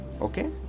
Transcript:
okay